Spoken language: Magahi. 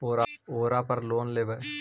ओरापर लोन लेवै?